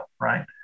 right